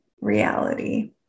reality